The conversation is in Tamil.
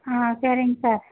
ஆ சரிங் சார்